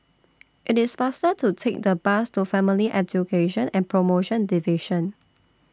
IT IS faster to Take The Bus to Family Education and promotion Division